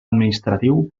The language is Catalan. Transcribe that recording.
administratiu